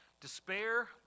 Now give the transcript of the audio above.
Despair